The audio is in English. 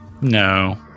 No